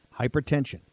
hypertension